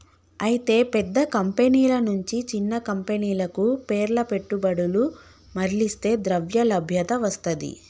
అయితే పెద్ద కంపెనీల నుంచి చిన్న కంపెనీలకు పేర్ల పెట్టుబడులు మర్లిస్తే ద్రవ్యలభ్యత వస్తది